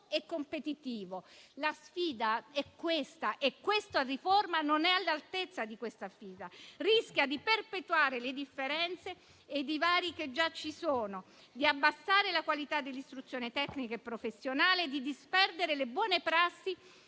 e competitivo. Questa è la sfida e questa riforma non è all'altezza della sfida; rischia di perpetuare le differenze e i divari che già ci sono, di abbassare la qualità dell'istruzione tecnica e professionale, di disperdere le buone prassi